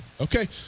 Okay